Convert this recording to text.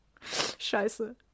Scheiße